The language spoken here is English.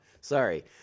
Sorry